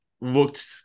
looked